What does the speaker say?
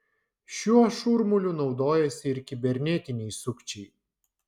šiuo šurmuliu naudojasi ir kibernetiniai sukčiai